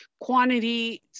quantity